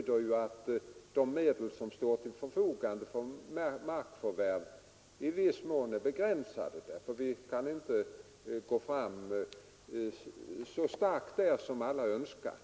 De medel som står till förfogande för markförvärv är begränsade. Vi kan inte gå fram med så omfattande förvärv som en del önskar.